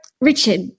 Richard